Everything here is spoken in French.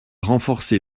renforcé